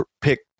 pick